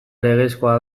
legezkoa